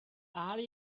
are